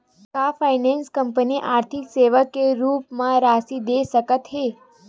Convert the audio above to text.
का finance company आर्थिक सेवा के रूप म राशि दे सकत हे?